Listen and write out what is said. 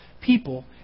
people